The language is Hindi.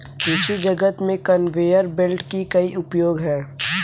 कृषि जगत में कन्वेयर बेल्ट के कई उपयोग हैं